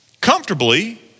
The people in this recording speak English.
comfortably